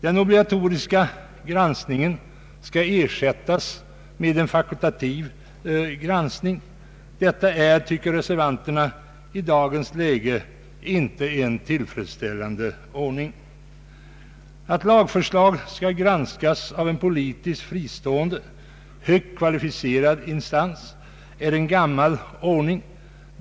Den obligatoriska granskningen skall ersättas med en fakultativ granskning. Detta tycker reservanterna i dagens läge inte är en tillfredsställande ordning. Att lagförslag skall granskas av en politiskt fristående, högt kvalificerad instans är en gammal ordning.